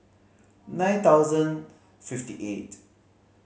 nine thousand fifty eight